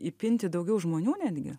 įpinti daugiau žmonių netgi